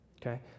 okay